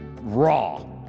raw